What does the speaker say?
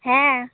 ᱦᱮᱸ